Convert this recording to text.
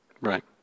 Right